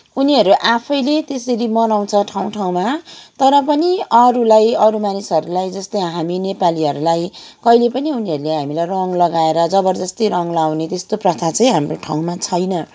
उनीहरू आफैले त्यसरी मनाउँछ ठाउँ ठाउँमा तर पनि अरूलाई अरू मानिसहरू जस्तो हामी नेपालीहरूलाई कहिल्यै पनि उनीहरूले हामीलाई रङ लगाएर जबरजस्ती रङ लाउने त्यस्तो प्रथा चाहिँ हाम्रो ठाउँमा छैन